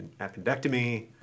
appendectomy